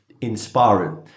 inspiring